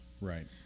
Right